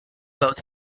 both